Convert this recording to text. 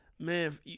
man